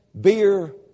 beer